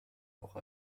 auch